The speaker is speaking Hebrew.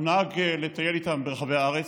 הוא נהג לטייל איתם ברחבי הארץ,